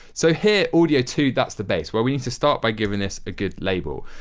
so, here audio two that's the bass. well, we need to start by giving this a good label.